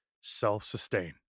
self-sustain